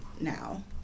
now